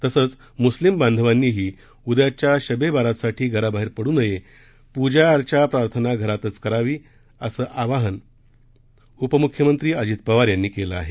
तसंच मुस्लिम बांधवांनीही उद्याच्या शब्ब ए बारातसाठी घराबाहेर पडू नये पूजा अर्चा प्रार्थना घरातच करावी असं आवाहन उपमुख्यमंत्री अजित पवार यांनी केलं आहे